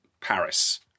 Paris